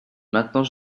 maintenant